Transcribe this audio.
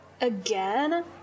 Again